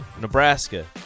Nebraska